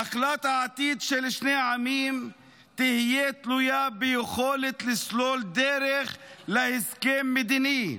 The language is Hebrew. נחלת העתיד של שני העמים תהיה תלויה ביכולת לסלול דרך להסכם מדיני,